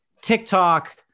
TikTok